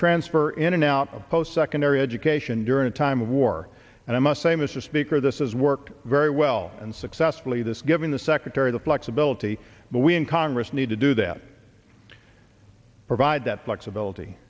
transfer in and out of post secondary education during a time of war and i must say mr speaker this is worked very well and successfully this giving the secretary the flexibility but we in congress need to do that provide that flexibility